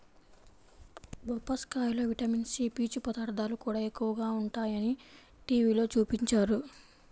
బొప్పాస్కాయలో vitamin C, పీచు పదార్థాలు కూడా ఎక్కువగా ఉంటయ్యని టీవీలో చూపించారు